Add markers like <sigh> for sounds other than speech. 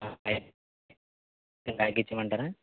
<unintelligible> ఇచ్చేమంటారా